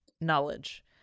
knowledge